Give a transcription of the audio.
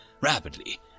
rapidly